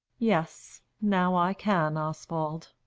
yes, now i can, oswald.